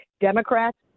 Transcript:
Democrats